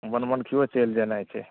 बनमनखिओ चलि जेनाइ छै